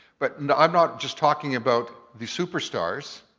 but and i'm not just talking about the superstars,